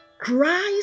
Christ